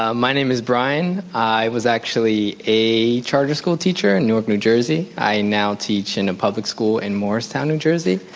ah my name is brian. i was actually a charter school teacher in newark, new jersey. i now teach in a and public school in morristown, new jersey.